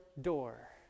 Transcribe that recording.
door